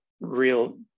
real